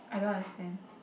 I don't understand